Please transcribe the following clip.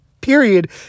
Period